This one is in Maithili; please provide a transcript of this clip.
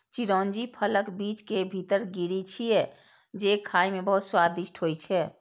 चिरौंजी फलक बीज के भीतर गिरी छियै, जे खाइ मे बहुत स्वादिष्ट होइ छै